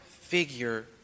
figure